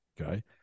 Okay